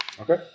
Okay